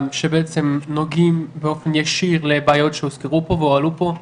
שבעצם נוגעים באופן ישיר לבעיות שהוזכרו פה והועלו פה,